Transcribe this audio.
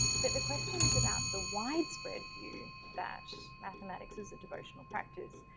but the questions about the widespread view that mathematics is a devotional practice,